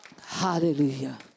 Hallelujah